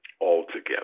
altogether